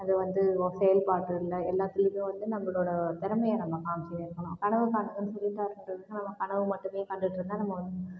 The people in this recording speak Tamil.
அது வந்து ஒரு செயல்பாடு இல்லை எல்லாத்துலையுமே வந்து நம்பளோட திறமைய நம்ம காமிச்சிட்டே இருக்கணும் கனவு காணுங்கன்னு சொல்லிட்டாருன்றதுனால நம்ம கனவு மட்டுமே கண்டுட்டுருந்தால் நம்ப வந்